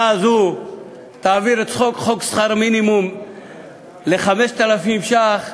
הזאת תעביר את חוק העלאת שכר המינימום ל-5,000 ש"ח,